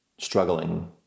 struggling